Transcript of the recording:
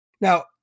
Now